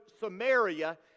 Samaria